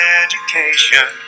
education